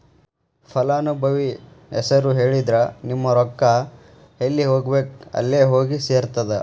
ಫಲಾನುಭವಿ ಹೆಸರು ಹೇಳಿದ್ರ ನಿಮ್ಮ ರೊಕ್ಕಾ ಎಲ್ಲಿ ಹೋಗಬೇಕ್ ಅಲ್ಲೆ ಹೋಗಿ ಸೆರ್ತದ